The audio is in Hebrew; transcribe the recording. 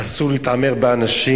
אסור להתעמר באנשים